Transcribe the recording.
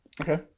Okay